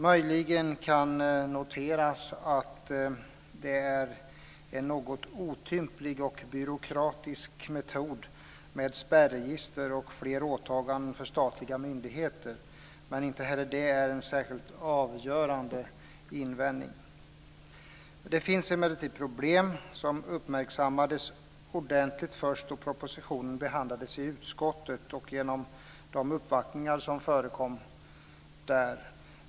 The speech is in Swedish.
Möjligen kan noteras att det är en något otymplig och byråkratisk metod med spärregister och fler åtaganden för statliga myndigheter, men inte heller det är en särskilt avgörande invändning. Det finns emellertid problem, som uppmärksammades ordentligt först då propositionen behandlades i utskottet och genom de uppvaktningar som förekom då.